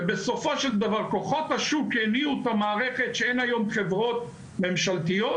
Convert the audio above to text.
ובסופו של דבר כוחות השוק הביאו את המערכת שאין היום חברות ממשלתיות,